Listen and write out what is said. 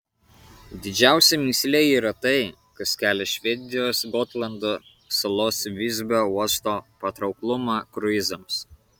didžiausia mįslė yra tai kas kelia švedijos gotlando salos visbio uosto patrauklumą kruizams